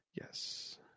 Yes